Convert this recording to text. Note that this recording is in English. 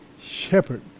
shepherd